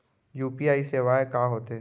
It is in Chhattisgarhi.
यू.पी.आई सेवाएं का होथे?